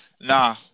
Nah